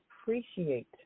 appreciate